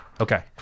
Okay